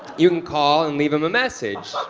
you can call and leave him a message.